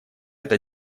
это